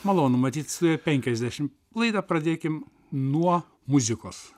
malonu matyt studijoje penkiasdešim laidą pradėkim nuo muzikos